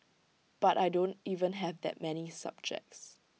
but I don't even have that many subjects